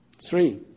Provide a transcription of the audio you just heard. Three